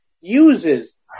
uses